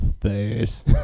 face